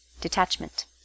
detachment